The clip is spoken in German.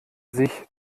sich